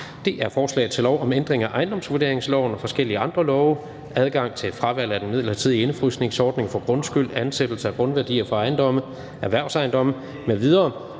L 107: Forslag til lov om ændring af ejendomsvurderingsloven og forskellige andre love. (Adgang til fravalg af den midlertidige indefrysningsordning for grundskyld, ansættelse af grundværdier for erhvervsejendomme m.v.